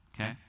Okay